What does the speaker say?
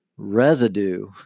residue